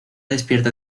despierta